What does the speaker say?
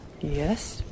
Yes